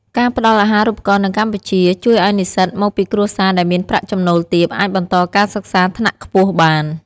ការផ្តល់អាហារូបករណ៍នៅកម្ពុជា ជួយឱ្យនិស្សិតមកពីគ្រួសារដែលមានប្រាក់ចំណូលទាបអាចបន្តការសិក្សាថ្នាក់ខ្ពស់បាន។